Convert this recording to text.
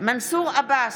מנסור עבאס,